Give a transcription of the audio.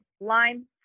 Lime